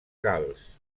gals